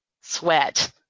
sweat